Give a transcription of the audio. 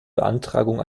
beantragung